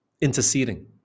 Interceding